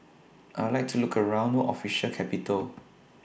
I Would like to Look around No Official Capital